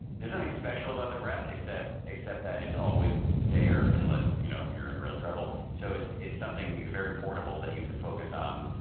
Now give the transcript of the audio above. there's nothing special about the breath except except that it's always there unless you know you're in real trouble. so it's it's something that's very portable that you can focus on.